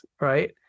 right